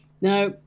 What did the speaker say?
Now